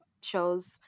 shows